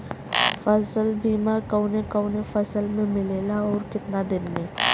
फ़सल बीमा कवने कवने फसल में मिलेला अउर कितना दिन में?